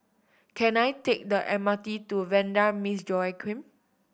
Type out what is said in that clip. can I take the M R T to Vanda Miss Joaquim